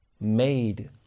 made